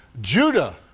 Judah